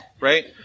right